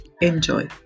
enjoy